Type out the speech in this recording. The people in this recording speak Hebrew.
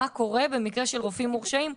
מה קורה במקרה של רופאים מורשעים.